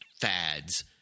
fads